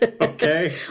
okay